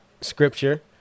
scripture